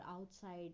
outside